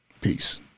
Peace